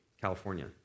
California